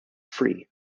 free